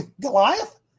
Goliath